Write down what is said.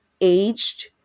aged